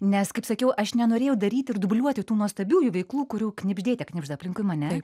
nes kaip sakiau aš nenorėjau daryti ir dubliuoti tų nuostabiųjų veiklų kurių knibždėte knibžda aplinkui mane